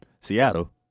Seattle